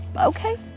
okay